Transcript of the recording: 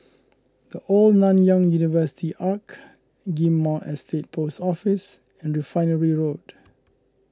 the Old Nanyang University Arch Ghim Moh Estate Post Office and Refinery Road